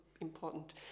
important